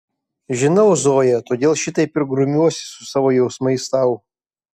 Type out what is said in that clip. žinau zoja todėl šitaip ir grumiuosi su savo jausmais tau